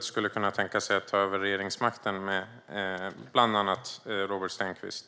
skulle kunna tänka sig att ta över regeringsmakten, bland annat Robert Stenkvists.